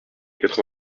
quatre